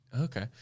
Okay